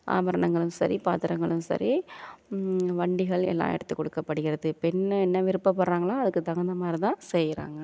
ஆபரணங்களும் சரி பாத்திரங்களும் சரி வண்டிகள் எல்லாம் எடுத்து கொடுக்கப்படுகிறது பெண்ணு என்ன விருப்பப்படுறாங்களோ அதுக்கு தகுந்த மாதிரி தான் செய்கிறாங்க